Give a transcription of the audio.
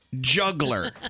juggler